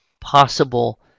possible